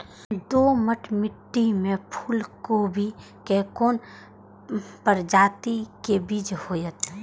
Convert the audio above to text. दोमट मिट्टी में फूल गोभी के कोन प्रजाति के बीज होयत?